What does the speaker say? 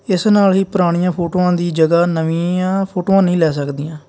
ਇਸ ਨਾਲ ਹੀ ਪੁਰਾਣੀਆਂ ਫੋਟੋਆਂ ਦੀ ਜਗ੍ਹਾ ਨਵੀਆਂ ਫੋਟੋਆਂ ਨਹੀਂ ਲੈ ਸਕਦੀਆਂ